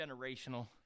Generational